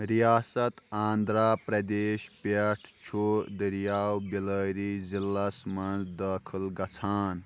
رِیاست آنٛدھرا پرٛدیش پیٚٹھ چھُ دٔریاو بیلٲری ضِلعس منٛز دٲخٕل گَژھان